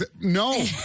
No